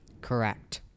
Correct